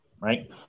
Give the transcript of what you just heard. right